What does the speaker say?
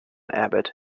abbott